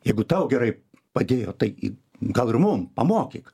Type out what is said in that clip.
jeigu tau gerai padėjo tai gal ir mum pamokyti